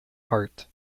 heart